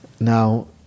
Now